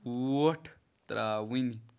وۄٹھ ترٛاوٕنۍ